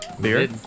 Beer